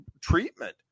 treatment